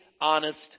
honest